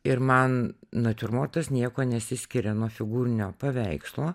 ir man natiurmortas niekuo nesiskiria nuo figūrinio paveikslo